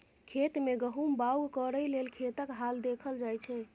खेत मे गहुम बाउग करय लेल खेतक हाल देखल जाइ छै